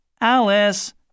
Alice